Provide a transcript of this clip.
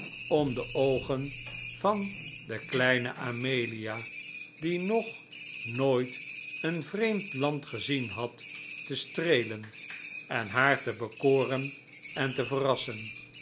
om de oogen van de kleine amelia die nog nooit een vreemd land gezien had te streelen en haar te bekoren en te ver r